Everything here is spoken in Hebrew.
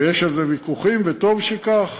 ויש על זה ויכוחים, וטוב שכך.